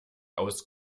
aus